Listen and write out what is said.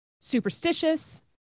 superstitious